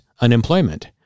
unemployment